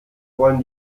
wollen